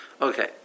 Okay